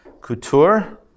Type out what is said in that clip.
Couture